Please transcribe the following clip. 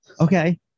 okay